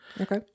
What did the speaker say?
Okay